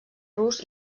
rus